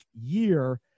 year